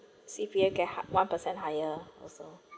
C_P_F get one percent higher also